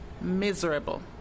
miserable